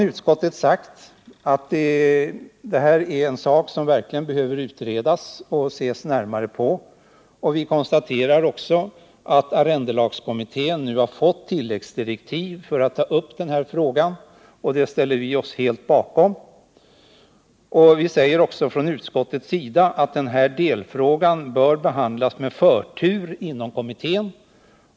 Utskottet har framhållit att detta förhållande verkligen behöver utredas och närmare granskas. Utskottet konstaterar också att arrendelagskommittén nu har fått tilläggsdirektiv om att ta upp den här frågan. Det ställer vi oss helt bakom. Vi säger också från utskottets sida att denna delfråga bör behandlas med förtur inom kommittén.